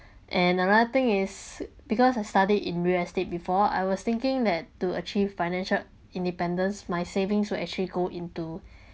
and another thing is because I studied in real estate before I was thinking that to achieve financial independence my savings who actually go into